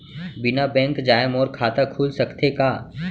बिना बैंक जाए मोर खाता खुल सकथे का?